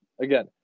Again